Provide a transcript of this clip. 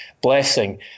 blessing